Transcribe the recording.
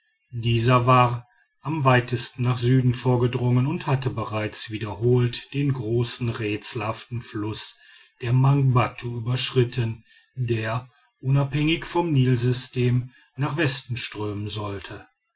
dieser war am weitesten nach süden vorgedrungen und hatte bereits wiederholt den großen rätselhaften fluß der mangbattu überschritten der unabhängig vom nilsystem nach westen strömen sollte